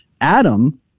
Adam